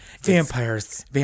Vampires